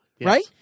right